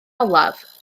olaf